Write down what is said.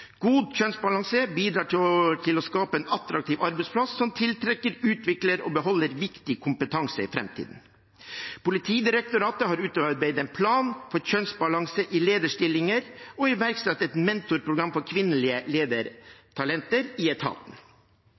God kjønnsbalanse bidrar til å skape en attraktiv arbeidsplass som tiltrekker, utvikler og beholder viktig kompetanse i framtiden. Politidirektoratet har utarbeidet en plan for kjønnsbalanse i lederstillinger og iverksatt et mentorprogram for kvinnelige ledertalenter i etaten.